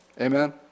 Amen